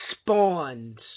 spawns